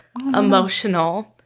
emotional